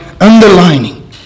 underlining